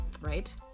right